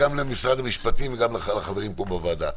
גם למשרד המשפטים וגם לחברים פה בוועדה.